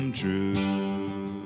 true